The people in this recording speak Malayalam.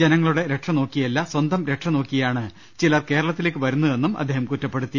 ജനങ്ങളുടെ രക്ഷ നോക്കിയല്ല സന്തം രക്ഷ നോക്കിയാണ് ചിലർ കേരളത്തിലേക്ക് വരുന്നതെന്നും അദ്ദേഹം കുറ്റപ്പെടുത്തി